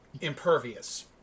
impervious